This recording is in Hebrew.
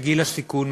לגיל הסיכון,